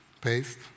paste